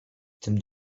tym